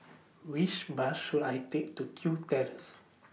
Which Bus should I Take to Kew Terrace